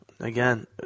Again